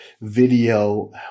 video